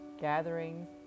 gatherings